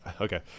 okay